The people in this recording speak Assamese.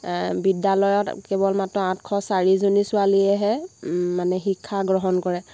বিদ্যালয়ত কেৱল মাত্ৰ আঠশ চাৰিজনী ছোৱালীয়েহে মানে শিক্ষা গ্ৰহণ কৰে